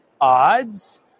odds